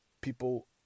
people